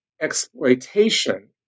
exploitation